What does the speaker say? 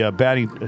batting